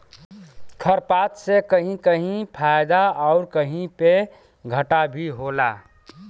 खरपात से कहीं कहीं फायदा आउर कहीं पे घाटा भी होला